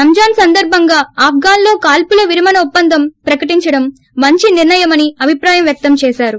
రంజొస్ సందర్బంగా ఆప్లాస్లో కాల్సులు విరమణ ఒప్పందం ప్రకటించడం మెంచ్ నిర్ణయమని అభిప్రాయం వ్యక్తం చేసారు